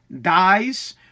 dies